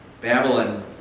Babylon